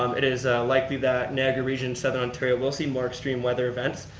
um it is likely that niagara region, southern ontario will see more extreme weather events.